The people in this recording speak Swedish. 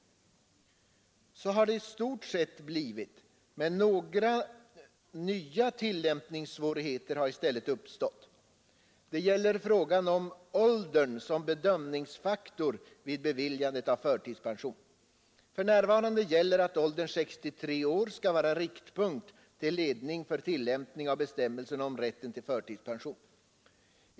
Så har det i stort sett blivit. Men några nya tillämpningssvårigheter har i stället uppstått. Det gäller frågan om åldern som bedömningsfaktor vid beviljandet av förtidspension. För närvarande gäller att åldern 63 år skall vara riktpunkt till ledning för tillämpning av bestämmelserna om rätten till förtidspension.